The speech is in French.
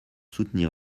soutenir